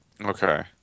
Okay